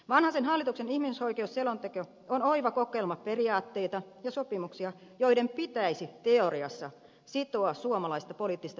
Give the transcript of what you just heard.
vanhasen hallituksen ihmisoikeusselonteko on oiva kokoelma periaatteita ja sopimuksia joiden pitäisi teoriassa sitoa suomalaista poliittista päätöksentekoa